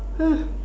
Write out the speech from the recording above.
!huh!